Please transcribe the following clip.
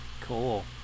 Cool